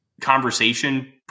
conversation